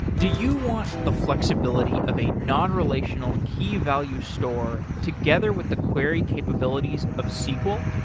do you want the flexibility of a non-relational, key-value store, together with the query capabilities of sql?